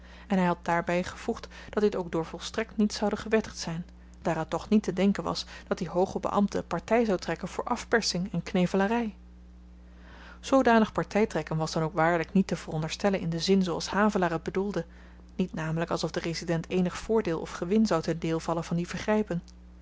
en hy had daarby gevoegd dat dit ook door volstrekt niets zoude gewettigd zyn daar het toch niet te denken was dat die hooge beambte party zou trekken voor afpersing en knevelary zoodanig partytrekken was dan ook waarlyk niet te veronderstellen in den zin zooals havelaar t bedoelde niet namelyk alsof den resident eenig voordeel of gewin zou ten deel vallen van die vergrypen